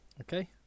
Okay